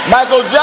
Michael